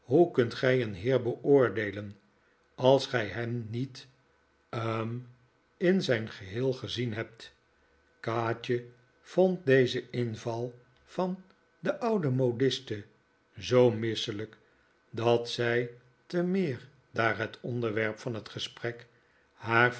hoe kunt gij een heer beoordeelen als gij hem niet hm in zijn geheel gezien hebt kaatje vond dezen inval van de oude modiste zoo misselijk dat zij te meer daar het onderwerp van het gesprek haar